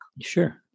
Sure